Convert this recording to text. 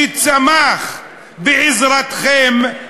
שצמח בעזרתכם,